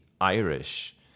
Irish